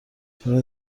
فیلم